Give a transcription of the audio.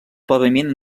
paviment